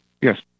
Yes